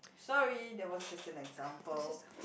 sorry that was just an example